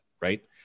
right